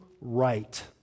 right